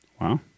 Wow